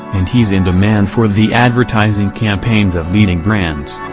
and he's in demand for the advertising campaigns of leading brands.